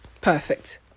perfect